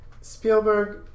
Spielberg